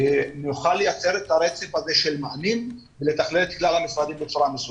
נוכל לייצר את הרצף הזה של מענים ולתכלל את כלל המשרדים בצורה מסודרת.